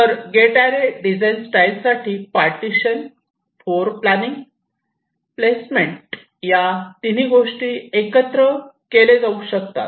तर gate array design स्टाईलसाठी partition floorplanning placement या तिन्ही गोष्टी एकत्र केले जाऊ शकतात